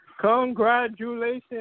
Congratulations